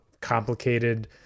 complicated